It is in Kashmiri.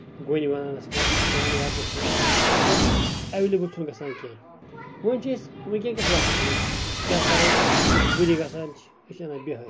گوٚنۍ بناونَس منٛز دانہِ وَٹنَس منٛز مَگر َایٚولیبٕل چھُنہٕ گژھان کینٛہہ وۄنۍ چھِ أسۍ وٕنکیٚس کِس وکھتس منٛز کیاہ کرو مجبوٗری گژھان چھِ أسۍ چھِ انان بِہٲرۍ